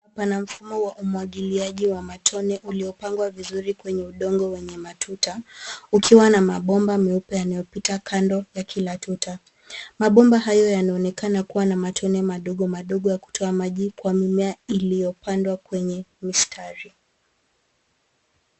Pana mfumo wa umwagiliaji wa matone uliopangwa vizuri kwenye udongo wenye matuta ukiwa na mabomba meupe yanayopita kando ya kila tuta. Mabomba hayo yanaonekana kuwa na matone madogo madogo ya kutoa maji kwa mimea iliyopandwa kwenye mistari.